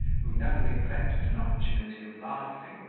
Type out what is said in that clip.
who never neglected an opportunity of laughing,